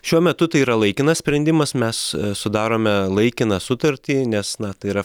šiuo metu tai yra laikinas sprendimas mes sudarome laikiną sutartį nes na tai yra